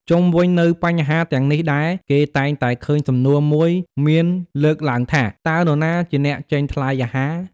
ជុំវិញនៅបញ្ហាទាំងនេះដែរគេតែងតែឃើញសំណួរមួយមានលើកឡើងថា "តើនរណាជាអ្នកចេញថ្លៃអាហារ?"។